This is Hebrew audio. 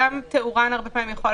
גם תאורן הרבה פעמים יכול לדעת.